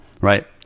Right